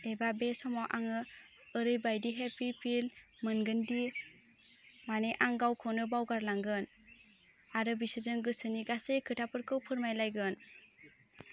एबा बे समाव आङो ओरैबायदि हेफि फिल मोनगोनदि मानि आं गावखौनो बावगारलांगोन आरो बिसोरजों गोसोनि गासै खोथाफोरखौ फोरमायलायगोन